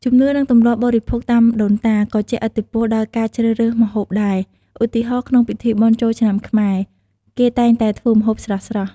ជំនឿ និងទម្លាប់បរិភោគតាមដូនតា ក៏ជះឥទ្ធិពលដល់ការជ្រើសរើសម្ហូបដែរ ឧទាហរណ៍ ក្នុងពិធីបុណ្យចូលឆ្នាំខ្មែរ គេតែងតែធ្វើម្ហូបស្រស់ៗ។